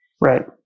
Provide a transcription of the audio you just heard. right